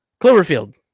cloverfield